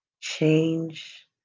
change